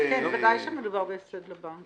שמדובר בהפסד לבנק.